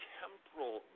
temporal